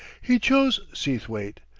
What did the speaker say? he chose seathwaite,